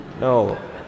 No